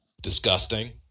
disgusting